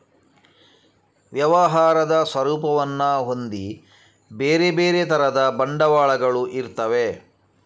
ವ್ಯವಹಾರದ ಸ್ವರೂಪವನ್ನ ಹೊಂದಿ ಬೇರೆ ಬೇರೆ ತರದ ಬಂಡವಾಳಗಳು ಇರ್ತವೆ